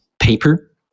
paper